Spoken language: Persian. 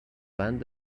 بند